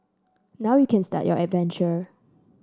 now you can start your adventure